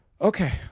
Okay